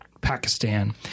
Pakistan